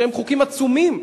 שהם חוקים עצומים,